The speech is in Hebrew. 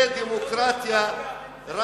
זה דמוקרטיה רק,